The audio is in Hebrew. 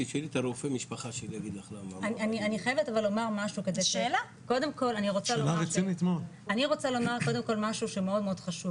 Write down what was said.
אני רוצה לומר קודם כל משהו שמאוד חשוב